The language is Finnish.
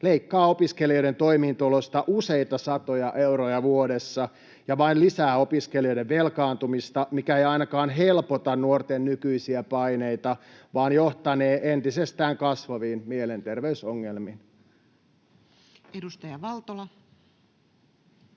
leikkaavat opiskelijoiden toimeentulosta useita satoja euroja vuodessa ja vain lisäävät opiskelijoiden velkaantumista, mikä ei ainakaan helpota nuorten nykyisiä paineita vaan johtanee entisestään kasvaviin mielenterveysongelmiin. [Speech 156]